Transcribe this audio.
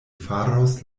faros